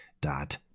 dot